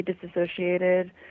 disassociated